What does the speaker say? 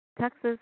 Texas